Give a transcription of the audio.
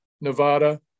Nevada